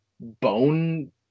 bone